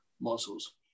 muscles